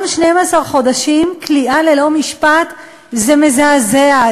גם 12 חודשים כליאה ללא משפט זה מזעזע.